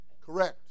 correct